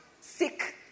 sick